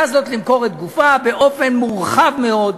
הזאת למכור את גופה באופן מורחב מאוד.